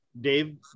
Dave